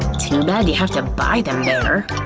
too bad you have to buy them there.